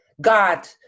God